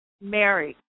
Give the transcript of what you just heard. Mary